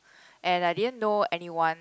and I didn't know anyone